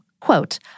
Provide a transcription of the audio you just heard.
quote